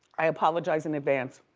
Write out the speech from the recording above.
i apologize in advance,